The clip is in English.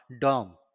dom